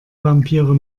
vampire